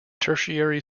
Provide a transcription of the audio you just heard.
tertiary